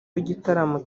w’igitaramo